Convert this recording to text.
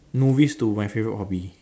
novice to my favourite hobby